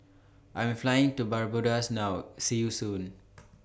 I Am Flying to Barbados now See YOU Soon